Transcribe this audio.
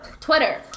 Twitter